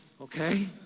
okay